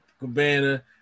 Cabana